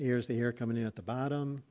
ir's the air coming in at the bottom